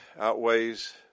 outweighs